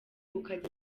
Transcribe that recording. ukagera